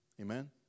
Amen